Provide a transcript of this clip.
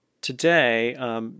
today –